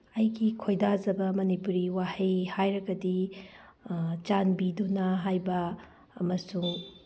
ꯑꯩꯒꯤ ꯈꯣꯏꯗꯥꯖꯕ ꯃꯅꯤꯄꯨꯔꯤ ꯋꯥꯍꯩ ꯍꯥꯏꯔꯒꯗꯤ ꯆꯥꯟꯕꯤꯗꯨꯅꯒ ꯍꯥꯏꯕ ꯑꯃꯁꯨꯡ